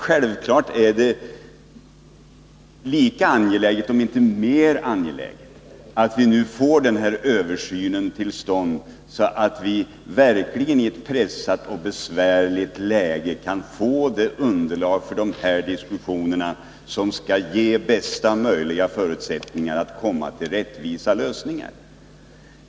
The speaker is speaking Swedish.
Självfallet är det lika angeläget, om inte mer angeläget, att vi nu får översynen till stånd, så att vi verkligen i ett pressat och besvärligt läge kan få det underlag för diskussionerna som skulle ge bästa möjliga förutsättningar att komma till rättvisa lösningar.